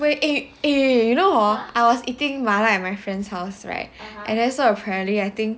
eh eh you know hor I was eating 麻辣 at my friend's house right and then so hor apparently